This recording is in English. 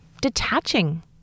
detaching